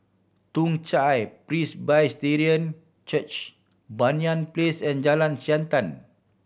Toong Chai Presbyterian Church Banyan Place and Jalan Siantan